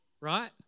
right